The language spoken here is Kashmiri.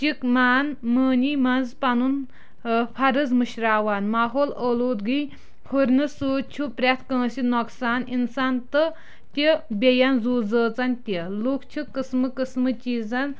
چِک مان مٲنی منٛز پَنُن فرض مٔشراوان ماحول اولوٗدگی ہُرنہٕ سۭتۍ چھ پرٛٮ۪تھ کٲنٛسہِ نۄقصان اِنسان تہٕ تہِ بیٚین زُو زٲژَن تہِ لُکھ چھ قٕسمہٕ قٕسمہٕ چیٖزَن